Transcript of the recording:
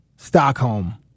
Stockholm